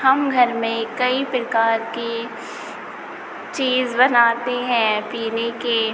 हम घर में कई प्रकार की चीज़ बनाते हैं पीने के